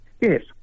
Yes